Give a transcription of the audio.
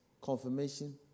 confirmation